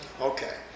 Okay